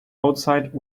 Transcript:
outside